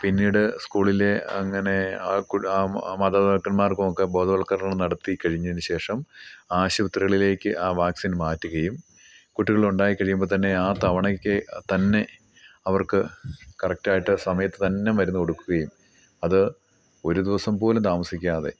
പിന്നീട് സ്കൂളിലെ അങ്ങനെ ആ കു ആ മാതാപിതാക്കന്മാർക്ക് ഒക്കെ ബോധവൽക്കരണം നടത്തി കഴിഞ്ഞതിന് ശേഷം ആശുപത്രികളിലേക്ക് ആ വാക്സിൻ മാറ്റുകയും കുട്ടികളുണ്ടായി കഴിയുമ്പോൾ തന്നെ ആ തവണയ്ക്ക് തന്നെ അവർക്ക് കറക്റ്റായിട്ട് സമയത്ത് തന്നെ മരുന്ന് കൊടുക്കുകയും അത് ഒരു ദിവസം പോലും താമസിക്കാതെ